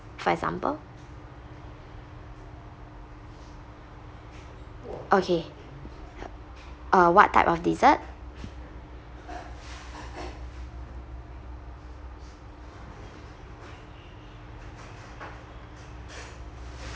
for example okay uh what type of dessert